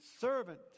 servant